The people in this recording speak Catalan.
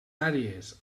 àrees